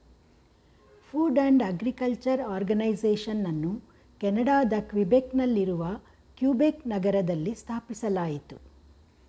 food and agriculture ಆರ್ಗನೈಸೇಷನನ್ನು ಕೆನಡಾದ Quebec ನಲ್ಲಿರುವ ಕ್ಯುಬೆಕ್ ನಗರದಲ್ಲಿ ಸ್ಥಾಪಿಸಲಾಯಿತು